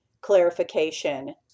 clarification